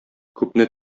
күпне